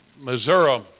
Missouri